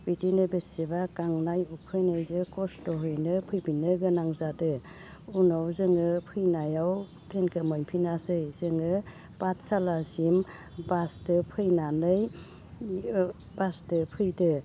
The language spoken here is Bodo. इदिनो बेसेबा गांनाय उखैनायजो खस्थ'यैनो फैफिननो गोनां जादो उनाव जोङो फैनायाव ट्रेनखो मोनफिनासै जोङो पाठसालासिम बासदो फैनानै बासदो फैदो